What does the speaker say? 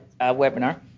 webinar